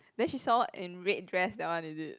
then she saw her in red dress that one is it